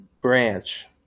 branch